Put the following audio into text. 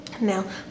Now